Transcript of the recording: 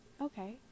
okay